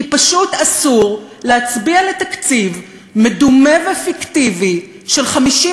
כי פשוט אסור להצביע לתקציב מדומה ופיקטיבי של 56